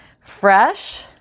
fresh